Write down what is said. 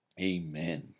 Amen